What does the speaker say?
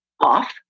off